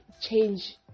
change